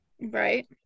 Right